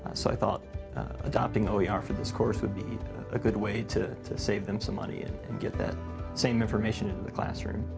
so i thought adopting oer ah for this course would be a good way to to save them some money and and get that same information in the classroom.